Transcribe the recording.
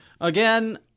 again